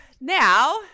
now